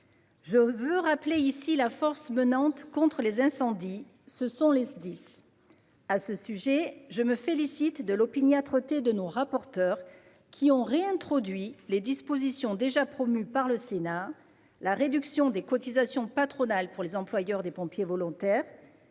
Je veux rappeler ici que la force menante contre les incendies, ce sont les Sdis. À ce sujet, je me félicite de l'opiniâtreté de nos rapporteurs qui ont introduit des dispositions déjà promues par le Sénat, à savoir la réduction des cotisations patronales pour les employeurs de pompiers volontaires